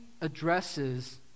addresses